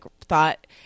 thought